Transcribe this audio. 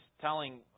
telling